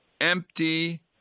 empty